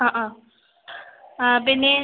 ആ ആ പിന്നെ